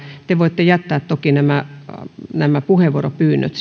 te voitte sitten jättää toki puheenvuoropyynnöt